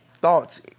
thoughts